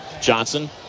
Johnson